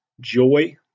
joy